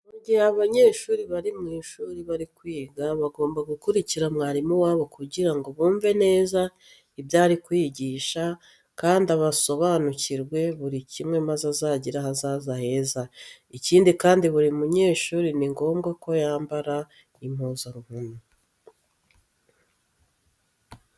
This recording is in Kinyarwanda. Mu gihe abanyeshuri bari mu ishuri bari kwiga bagomba gukurikira mwarimu wabo kugira ngo bumve neza ibyo ari kwigisha kandi asobanukirwe buri kimwe maze azagire ahazaza heza. Ikindi kandi buri munyeshuri ni ngombwa ko yambara impuzankano.